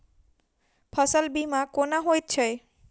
फसल बीमा कोना होइत छै?